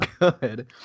good